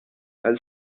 als